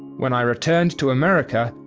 when i returned to america,